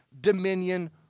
dominion